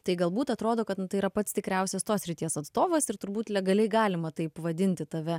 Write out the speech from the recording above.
tai galbūt atrodo kad nu tai yra pats tikriausias tos srities atstovas ir turbūt legaliai galima taip vadinti tave